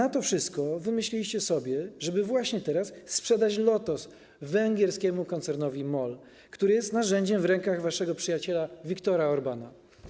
Do tego wszystkiego wymyśliliście sobie, żeby właśnie teraz sprzedać Lotos węgierskiemu koncernowi Moll, który jest narzędziem w rękach waszego przyjaciela Viktora Orbána.